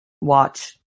watch